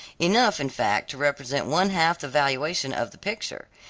enough in fact to represent one half the valuation of the picture.